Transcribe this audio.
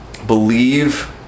believe